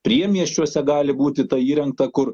priemiesčiuose gali būti tai įrengta kur